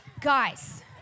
Guys